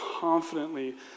confidently